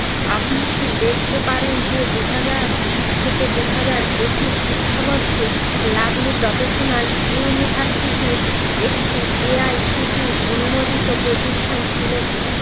আপনি কি দেখতে পারেন যে দু হাজার থেকে দু হাজার একুশ শিক্ষাবর্ষে লাভলী প্রফেশনাল ইউনিভার্সিটির একটি এ আই সি টি অনুমোদিত প্রতিষ্ঠান ছিলো কি না